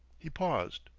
he paused,